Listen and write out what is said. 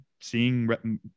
seeing